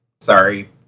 Sorry